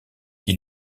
qui